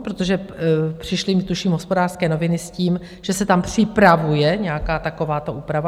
Protože přišly tuším Hospodářské noviny s tím, že se tam připravuje nějaká takováto úprava.